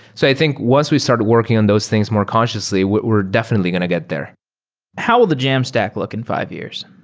so i think once we start working on those things more consciously, we're definitely going to get there how will the jamstack look in fi ve years?